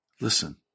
Listen